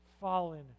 fallen